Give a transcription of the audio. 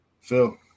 Phil